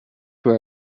where